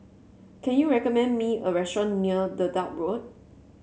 can you recommend me a restaurant near Dedap Road